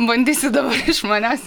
bandysit dabar iš manęs